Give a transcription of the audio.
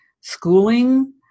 schooling